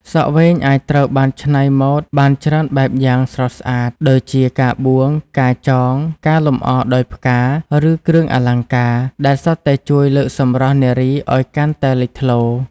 សក់វែងអាចត្រូវបានច្នៃម៉ូដបានច្រើនបែបយ៉ាងស្រស់ស្អាត ដូចជា ការបួង ការចង ការលម្អដោយផ្កា ឬគ្រឿងអលង្ការ ដែលសុទ្ធតែជួយលើកសម្រស់នារីឱ្យកាន់តែលេចធ្លោ។